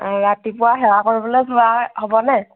ৰাতিপুৱা সেৱা কৰিবলৈ যোৱা হ'বনে